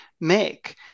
make